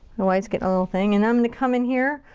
the white's getting a little thin. and i'm gonna come in here.